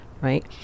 right